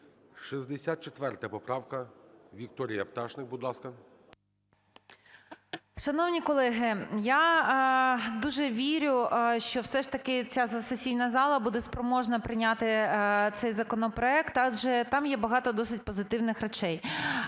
64 поправка. Вікторія Пташник, будь ласка. 13:27:33 ПТАШНИК В.Ю. Шановні колеги, я дуже вірю, що все ж таки ця сесійна зала буде спроможна прийняти цей законопроект. Так же там є багато досить позитивних речей.